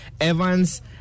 Evans